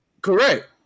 Correct